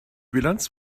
bilanz